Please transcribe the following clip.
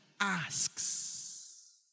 asks